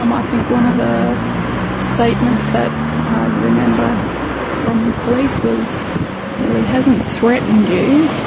um i think one of the statements that i remember from police was well, he hasn't threatened you,